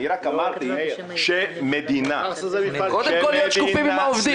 רק אמרתי שמדינה --- קודם כול להיות שקופים עם העובדים,